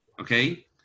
okay